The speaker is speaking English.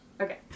Okay